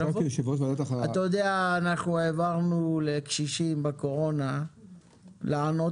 אנחנו העברנו לקשישים בזמן הקורונה לענות